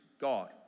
God